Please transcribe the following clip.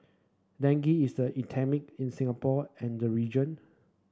dengue is the endemic in Singapore and the region